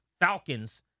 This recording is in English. Falcons